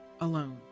alone